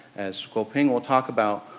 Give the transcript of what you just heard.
as guoping will talk about,